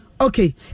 okay